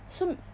so